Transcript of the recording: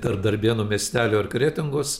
tarp darbėnų miestelio ir kretingos